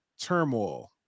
turmoil